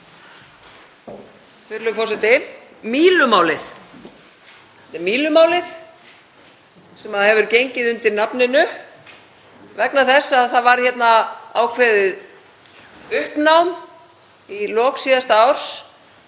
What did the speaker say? Þetta er Mílumálið sem hefur gengið undir því nafni vegna þess að það varð ákveðið uppnám í lok síðasta árs